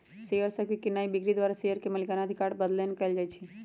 share सभके कीनाइ बिक्री द्वारा शेयर के मलिकना अधिकार बदलैंन कएल जाइ छइ